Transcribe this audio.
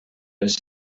les